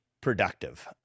productive